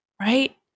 right